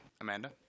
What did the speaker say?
Amanda